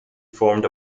formed